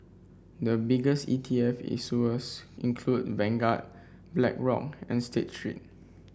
the biggest E T F issuers include Vanguard Blackrock and State Street